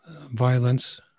violence